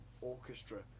orchestra